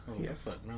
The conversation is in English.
Yes